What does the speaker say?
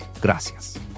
Gracias